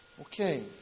Okay